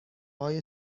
های